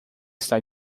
está